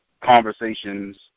conversations